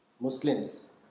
Muslims